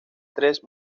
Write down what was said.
tres